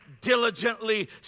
diligently